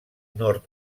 nord